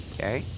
Okay